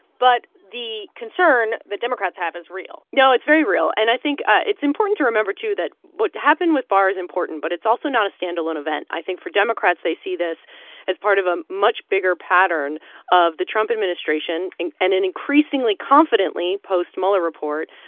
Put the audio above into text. but the concern the democrats have is real no, it's very real. and i think it's important to remember too that what happened with barr is important, but it's also not a stand-alone event. i think, for democrats, they see this as part of a much bigger pattern of the trump administration and and and increasingly confidently, post-mueller report,